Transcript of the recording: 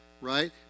right